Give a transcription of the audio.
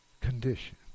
condition